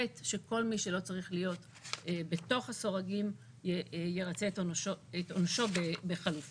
וכן שכל מי שלא צריך להיות בתוך הסורגים ירצה את עונשו בחלופות.